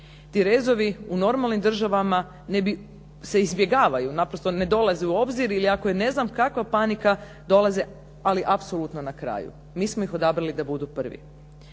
Ti rezovi u normalni državama se izbjegavaju, naprosto ne dolazi u obzir ili ako je ne znam kakva panika, dolaze ali apsolutno na kraju. Mi smo ih odabrali da budu prvi.